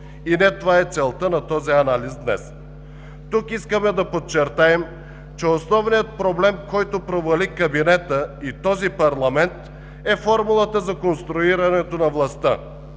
и не това е целта на този анализ днес. Тук искаме да подчертаем, че основният проблем, който провали кабинета и този парламент, е формулата за конструирането на властта,